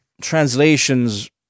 translations